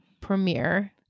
premiere